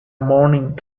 morning